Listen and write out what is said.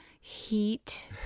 heat